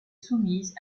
soumise